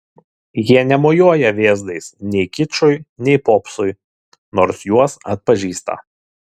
jie nemojuoja vėzdais nei kičui nei popsui nors juos atpažįsta